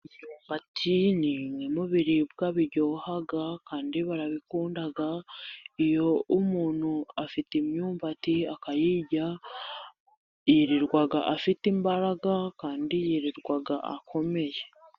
Imyumbati nimwe mubiribwa biryoha kandi barabikunda iyo umuntu afite imyumbati, akayirya yirirwa afite imbaraga, kandi yirirwa akomeye.